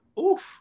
oof